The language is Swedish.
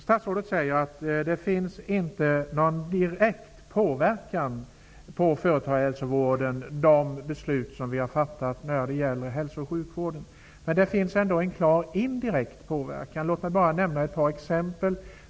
Statsrådet säger att de beslut vi har fattat när de gäller hälso och sjukvården inte direkt påverkar företagshälsovården. Det finns ändå en klar indirekt påverkan. Låt mig nämna ett par exempel.